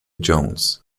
jones